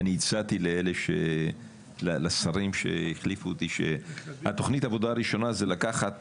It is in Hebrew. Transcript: הצעתי לשרים שהחליפו אותי שתוכנית העבודה הראשונה תהיה לקחת